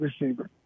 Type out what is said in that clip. receiver